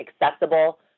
accessible